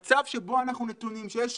המצב שבו אנחנו נתונים, שיש